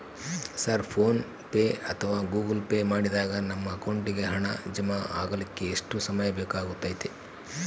Sir PhonePe ಅಥವಾ Google Pay ಮಾಡಿದಾಗ ನಮ್ಮ ಅಕೌಂಟಿಗೆ ಹಣ ಜಮಾ ಆಗಲಿಕ್ಕೆ ಎಷ್ಟು ಸಮಯ ಬೇಕಾಗತೈತಿ?